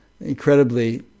incredibly